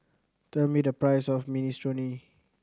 tell me the price of Minestrone